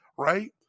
right